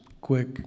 quick